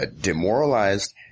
demoralized